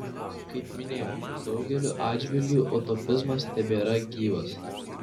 kaip minėjau daugeliu atžvilgių utopizmas tebėra gyvas